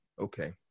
Okay